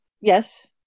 Yes